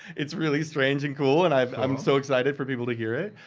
it's really strange and cool, and i'm i'm so excited for people to hear it.